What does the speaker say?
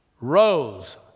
rose